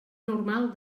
normal